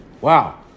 wow